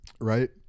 Right